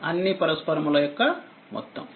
అన్నిపరస్పరముల యొక్కమొత్తం